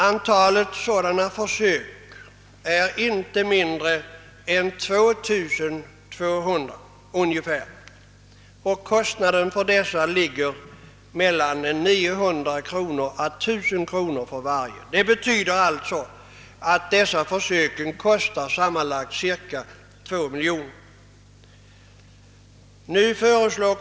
Antalet sådana försök per år är inte mindre än cirka 2 200, och kostnaden för dessa uppgår till mellan 900 och 1000 kronor per försök. Det betyder att dessa försök sammanlagt kostar 2 miljoner kronor.